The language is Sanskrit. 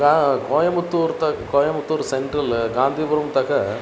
गा कोयमुत्तूर् त कोयम्बुत्तूर् सेन्ट्रल् गान्धीपुरं तः